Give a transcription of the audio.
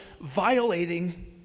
violating